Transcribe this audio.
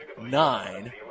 nine